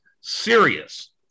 serious